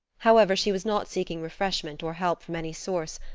however, she was not seeking refreshment or help from any source,